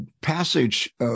passage